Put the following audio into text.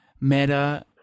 meta